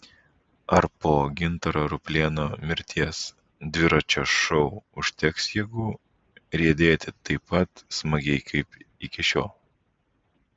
ar po gintaro ruplėno mirties dviračio šou užteks jėgų riedėti taip pat smagiai kaip iki šiol